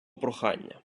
прохання